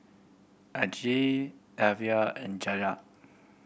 Angele Alyvia and